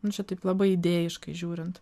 nu čia taip labai idėjiškai žiūrint